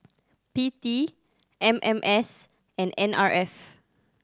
P T M M S and N R F